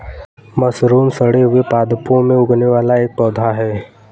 mushroom सड़े हुए पादपों में उगने वाला एक पौधा है